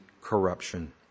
corruption